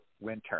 winter